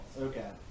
Okay